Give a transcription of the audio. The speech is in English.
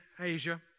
Asia